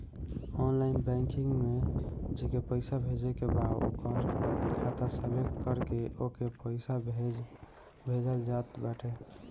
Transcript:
online banking में जेके पईसा भेजे के बा ओकर खाता सलेक्ट करके ओके पईसा भेजल जात बाटे